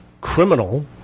criminal